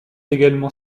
également